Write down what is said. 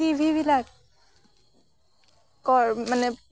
T ভিবিলাকৰ মানে